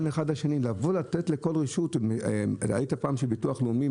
לבוא לתת לכל רשות ראית פעם שביטוח לאומי,